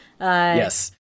Yes